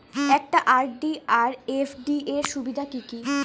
একটা আর.ডি আর এফ.ডি এর সুবিধা কি কি?